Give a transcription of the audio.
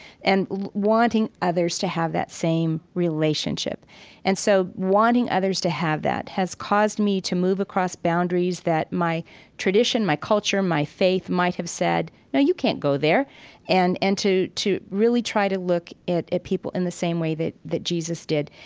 and wanting others to have that same relationship and so wanting others to have that has caused me to move across boundaries that my tradition, my culture, my faith might have said, no, you can't go there and and to to really try to look at people in the same way that that jesus did.